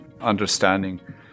understanding